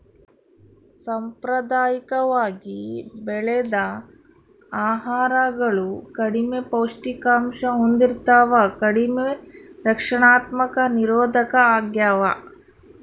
ಸಾಂಪ್ರದಾಯಿಕವಾಗಿ ಬೆಳೆದ ಆಹಾರಗಳು ಕಡಿಮೆ ಪೌಷ್ಟಿಕಾಂಶ ಹೊಂದಿರ್ತವ ಕಡಿಮೆ ರಕ್ಷಣಾತ್ಮಕ ನಿರೋಧಕ ಆಗ್ಯವ